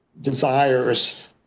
desires